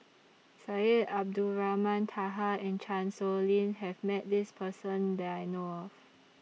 Syed Abdulrahman Taha and Chan Sow Lin Have Met This Person that I know of